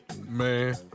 Man